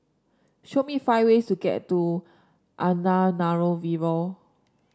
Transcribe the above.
show me five ways to get to Antananarivo